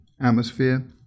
atmosphere